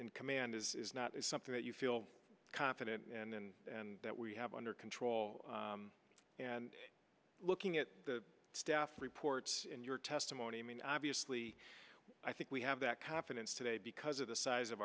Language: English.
in command is not something that you feel confident and that we have under control and looking at the staff reports in your testimony i mean obviously i think we have that confidence today because of the size of